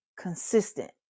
consistent